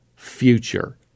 Future